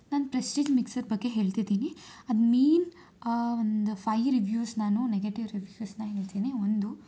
ನಾನು Prestige mixer ಬಗ್ಗೆ ಹೇಳ್ತಿದ್ದೀನಿ ಅದು ಮೀನ್ ಒಂದು ಫೈ ರಿವ್ಯೂಸ್ ನಾನು ನೆಗೆಟಿವ್ ರಿವ್ಯೂಸನ್ನ ಹೇಳ್ತೀನಿ ಒಂದು